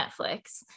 Netflix